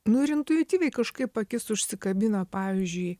nu ir intuityviai kažkaip akis užsikabina pavyzdžiui